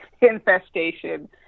infestation